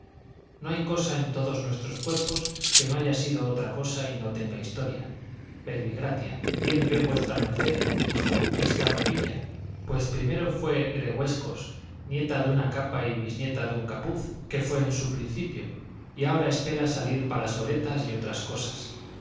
no hay cosa en todos nuestros cuerpos que no haya sido otra cosa y no tenga historia verbi gratia bien ve v md dijo esta ropilla pues primero fue gregüescos nieta de una capa y bisnieta de un capuz que fue en su principio y ahora espera salir para soletas y otras cosas